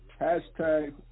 hashtag